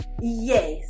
Yes